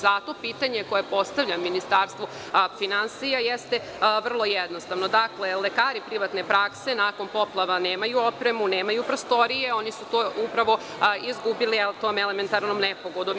Zato pitanje koje postavljam Ministarstvu finansija jeste vrlo jednostavno, dakle lekari privatne prakse nakon poplava nemaju opremu, nemaju prostorije, oni su to izgubili tom elementarnom nepogodom.